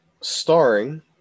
Starring